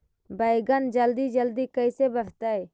बैगन जल्दी जल्दी कैसे बढ़तै?